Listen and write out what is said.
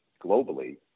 globally